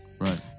Right